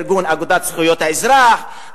האגודה לזכויות האזרח,